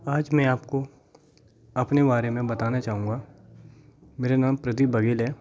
आज मैं आपको अपने बारे में बताना चाहूँगा मेरा नाम प्रदीप बाघेल है